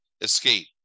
escape